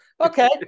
Okay